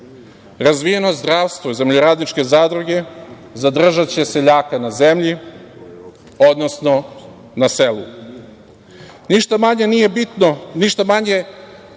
razvijeno zdravstvo, zemljoradničke zadruge zadržaće seljaka na zemlji, odnosno na selu. Ništa